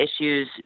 issues